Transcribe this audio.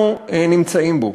שאנחנו נמצאים בו,